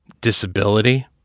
disability